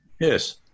Yes